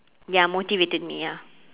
ya motivated me ya